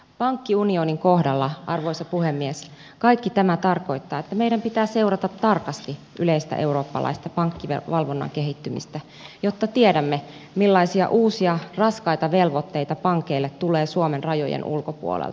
pankkiunionin kohdalla arvoisa puhemies kaikki tämä tarkoittaa että meidän pitää seurata tarkasti yleistä eurooppalaista pankkivalvonnan kehittymistä jotta tiedämme millaisia uusia raskaita velvoitteita pankeille tulee suomen rajojen ulkopuolelta